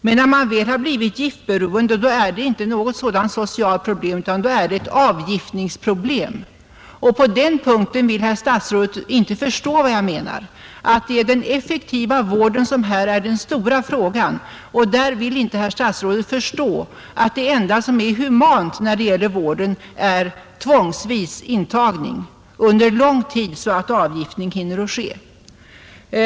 Men när man väl har blivit giftberoende, är det inte främst ett socialt problem, utan då är det ett avgiftningsproblem. På den punkten vill herr statsrådet inte förstå vad jag menar, nämligen att det är effektiv vård som här är den stora frågan. Herr statsrådet vill inte förstå att det enda som är humant när det gäller vården är tvångsvis intagning under lång tid, så att avgiftning hinner ske.